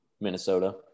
Minnesota